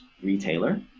retailer